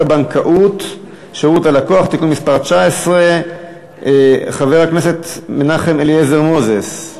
(שירות ללקוח) (תיקון מס' 19). חבר הכנסת מנחם אליעזר מוזס?